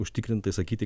užtikrintai sakyti